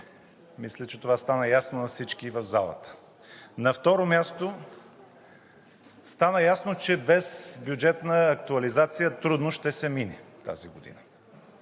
Мисля, че това стана ясно на всички в залата. На второ място, стана ясно, че без бюджетна актуализация трудно ще се мине тази година.